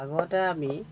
আগতে আমি